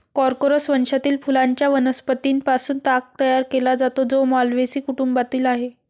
Corchorus वंशातील फुलांच्या वनस्पतीं पासून ताग तयार केला जातो, जो माल्व्हेसी कुटुंबातील आहे